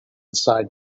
side